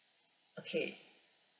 okay